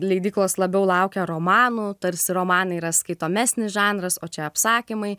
leidyklos labiau laukia romanų tarsi romanai yra skaitomesnis žanras o čia apsakymai